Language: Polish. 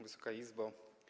Wysoka Izbo!